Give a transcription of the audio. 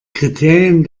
kriterien